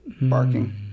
barking